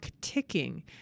ticking